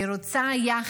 היא רוצה יחס,